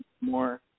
more